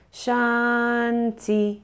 shanti